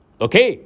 okay